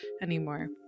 anymore